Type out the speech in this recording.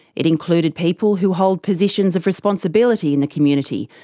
it included people who hold positions of responsibility in the community,